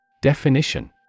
Definition